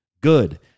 Good